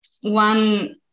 one